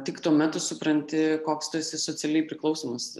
tik tuomet tu supranti koks tu esi socialiai priklausomas